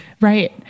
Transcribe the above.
Right